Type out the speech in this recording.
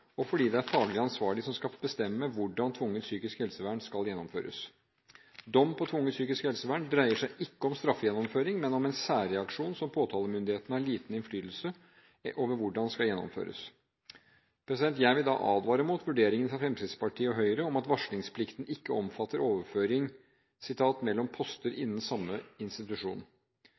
og fordi det er den faglig ansvarlige som skal bestemme hvordan tvungent psykisk helsevern skal gjennomføres. Dom på tvungent psykisk helsevern dreier seg ikke om straffegjennomføring, men om en særreaksjon, som påtalemyndigheten har liten innflytelse over hvordan skal gjennomføres. Jeg vil advare mot vurderingen fra Fremskrittspartiet og Høyre om at varslingsplikten ikke omfatter overføring «mellom poster innen samme institusjon». Lovforslaget omfatter «overføring mellom ulike sikkerhetsnivåer innen samme institusjon»,